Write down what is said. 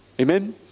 Amen